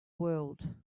world